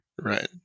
right